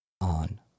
on